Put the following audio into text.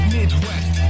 Midwest